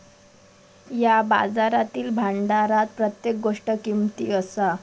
या बाजारातील भांडारात प्रत्येक गोष्ट किमती असा